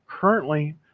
Currently